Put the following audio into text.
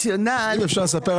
לעשות?